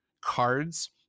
cards